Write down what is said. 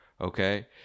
Okay